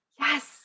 Yes